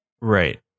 Right